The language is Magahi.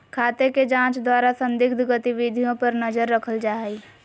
खाते के जांच द्वारा संदिग्ध गतिविधियों पर नजर रखल जा हइ